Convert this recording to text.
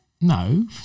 No